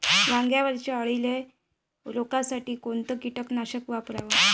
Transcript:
वांग्यावरच्या अळीले रोकासाठी कोनतं कीटकनाशक वापराव?